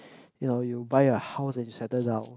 you know you buy a house and you settle down